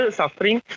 suffering